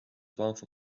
twaalf